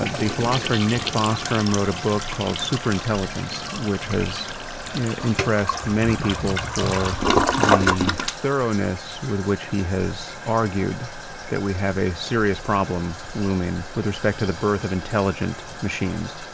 ah the philosopher, nick bostrom, wrote a book called superintelligence, which has impressed many people for the thoroughness with which he has argued that we have a serious problem looming with respect to the birth of intelligent machines.